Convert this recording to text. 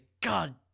God